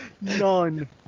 None